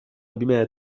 بما